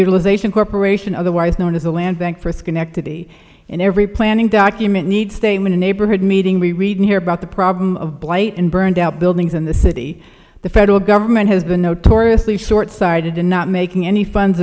the corporation otherwise known as the land bank for schenectady in every planning document need statement a neighborhood meeting we read and hear about the problem of blight and burned out buildings in the city the federal government has been notoriously short sighted in not making any funds